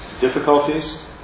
difficulties